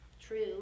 true